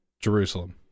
Jerusalem